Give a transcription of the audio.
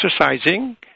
exercising